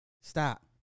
Stop